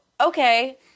okay